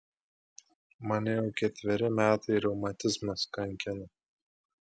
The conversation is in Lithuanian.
mane jau ketveri metai reumatizmas kankina